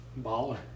Baller